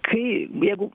kai jeigu